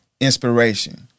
inspiration